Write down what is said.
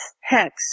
hex